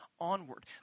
onward